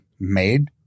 made